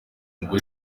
ngo